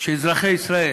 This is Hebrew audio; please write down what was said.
שאזרחי ישראל